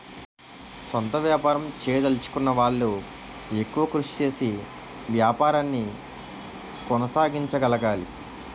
సొంత వ్యాపారం చేయదలచుకున్న వాళ్లు ఎక్కువ కృషి చేసి వ్యాపారాన్ని కొనసాగించగలగాలి